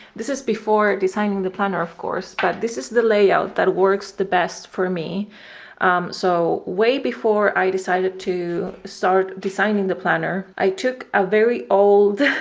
this is before designing the planner of course but this is the layout that works the best for me so way before i decided to start designing the planner. i took a very old